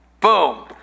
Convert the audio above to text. boom